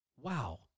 Wow